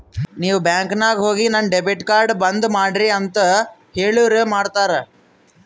ನೀವ್ ಬ್ಯಾಂಕ್ ನಾಗ್ ಹೋಗಿ ನನ್ ಡೆಬಿಟ್ ಕಾರ್ಡ್ ಬಂದ್ ಮಾಡ್ರಿ ಅಂತ್ ಹೇಳುರ್ ಮಾಡ್ತಾರ